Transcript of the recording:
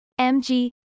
mg